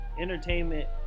entertainment